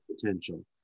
potential